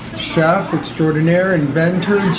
chef extraordinaire, inventor,